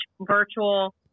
virtual